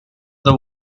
the